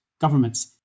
governments